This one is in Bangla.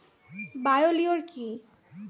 বায়ো লিওর কি?